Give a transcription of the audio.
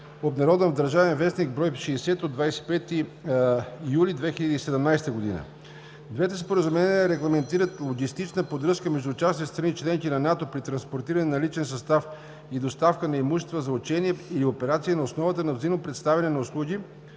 г., обн. в ДВ, бр. 60 от 25 юли 2017 г. Двете споразумения регламентират логистична поддръжка между участващите страни – членки на НАТО, при транспортиране на личен състав и доставка на имущества за учения или операции на основата на взаимно предоставяне на услуги